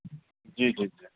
جی جی جی